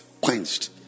quenched